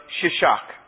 Shishak